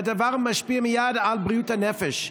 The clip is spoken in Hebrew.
והדבר משפיע מייד על בריאות הנפש.